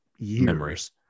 memories